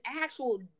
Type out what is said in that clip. actual